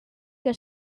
que